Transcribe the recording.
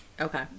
okay